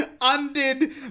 undid